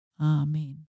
Amen